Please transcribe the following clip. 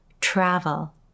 travel